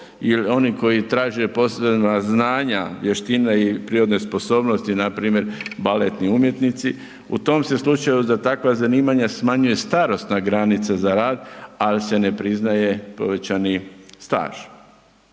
ili oni koji traže posebna znanja, vještine i prirodne sposobnosti, npr. baletni umjetnici, u tom se slučaju za takva zanimanja smanjuje starosna granica za rad, ali se ne priznaje povećani staž.